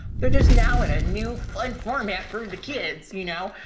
they're just now in a new fun format for the kids. you know,